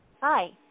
Hi